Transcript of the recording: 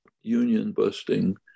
union-busting